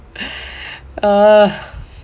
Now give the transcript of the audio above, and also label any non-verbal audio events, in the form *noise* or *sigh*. *breath* *noise*